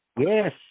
Yes